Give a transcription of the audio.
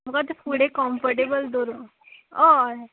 म्हाका तीं फुडें कोमफरटेबल दवरूंक हय